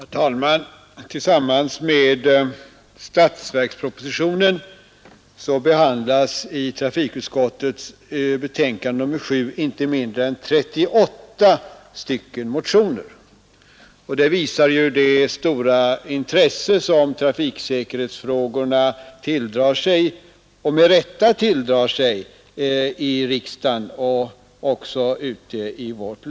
Herr talman! Förutom framställningar som gjorts i statsverkspropositionen behandlas i trafikutskottets betänkande nr 7 inte mindre än 38 motioner. Det visar det stora intresse som trafiksäkerhetsfrågorna med rätta tilldrar sig i riksdagen och också ute i landet.